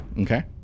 Okay